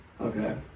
Okay